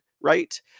right